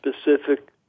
specific